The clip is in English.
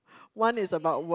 one is about work